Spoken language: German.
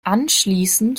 anschließend